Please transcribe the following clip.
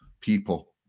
people